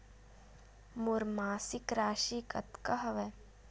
मोर मासिक राशि कतका हवय?